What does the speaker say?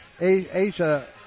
Asia